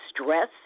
stress